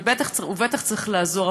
ובטח ובטח צריך לעזור,